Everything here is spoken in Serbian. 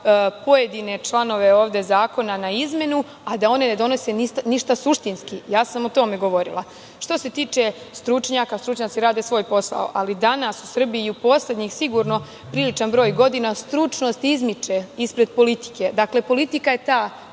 pojedine članove ovde zakona na izmenu, a da one ne donose ništa suštinski. O tome sam govorila. Što se tiče stručnjaka, stručnjaci rade svoj posao, ali danas u Srbiji i u poslednjih sigurno, priličan broj godina stručnost izmiče ispred politike. Dakle, politika je ta